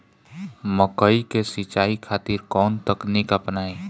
मकई के सिंचाई खातिर कवन तकनीक अपनाई?